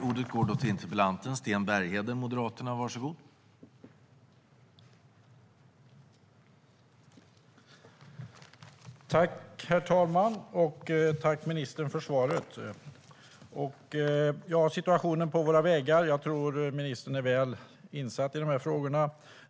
Herr talman! Tack, ministern, för svaret! Jag tror att ministern är väl insatt i frågorna om situationen på våra vägar.